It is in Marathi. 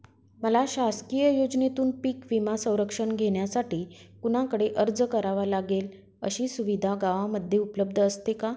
मला शासकीय योजनेतून पीक विमा संरक्षण घेण्यासाठी कुणाकडे अर्ज करावा लागेल? अशी सुविधा गावामध्ये उपलब्ध असते का?